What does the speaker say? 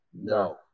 no